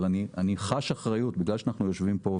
אבל אני חש אחריות בגלל שאנחנו יושבים פה,